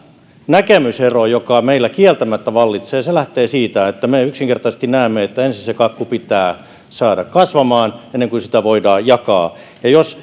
näkemysero joka meillä kieltämättä vallitsee lähtee siitä että me yksinkertaisesti näemme että ensin se kakku pitää saada kasvamaan ennen kuin sitä voidaan jakaa ja